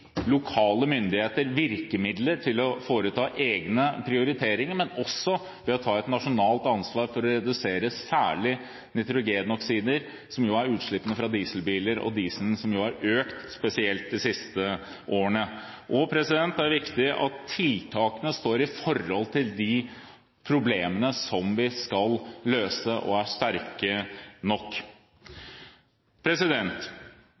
lokale myndigheter virkemidler til å foreta egne prioriteringer, men også ved å ta et nasjonalt ansvar for å redusere særlig nitrogenoksider, som er utslippene fra dieselbiler og dieselen som har økt spesielt de siste årene. Det er viktig at tiltakene står i forhold til de problemene som vi skal løse, og er sterke nok.